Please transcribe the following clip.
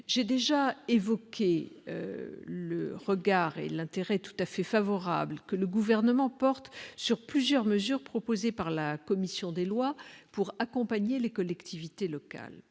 J'ai déjà évoqué le regard tout à fait favorable que le Gouvernement porte sur plusieurs mesures proposées par la commission des lois pour accompagner les collectivités locales.